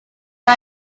our